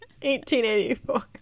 1884